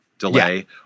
delay